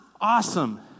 awesome